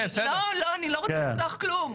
לא, אני לא רוצה לפתוח כלום.